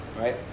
right